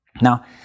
Now